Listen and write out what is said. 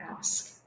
Ask